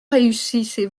réussissez